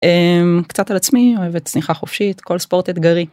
קצת על עצמי אוהבת צניחה חופשית, כל ספורט אתגרי